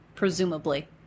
Presumably